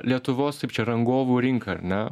lietuvos kaip čia rangovų rinka ar ne